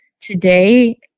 today